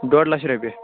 ڈۄڈ لَچھ رۄپیہِ